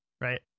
right